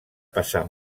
passar